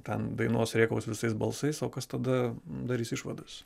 ten dainuos rėkaus visais balsais o kas tada darys išvadas